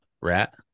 rat